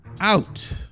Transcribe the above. out